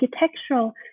architectural